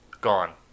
gone